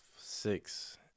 six